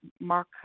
Mark